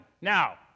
Now